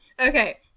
Okay